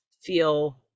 feel